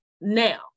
now